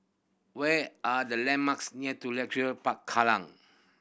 where are the landmarks near to Leisure Park Kallang